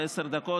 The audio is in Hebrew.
בעשר דקות,